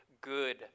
good